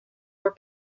were